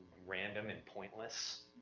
random and pointless,